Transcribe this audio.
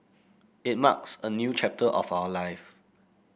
it marks a new chapter of our life